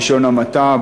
בלשון המעטה,